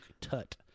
Tut